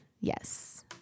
Yes